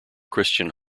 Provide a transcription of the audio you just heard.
christian